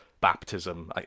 baptism